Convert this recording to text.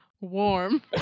warm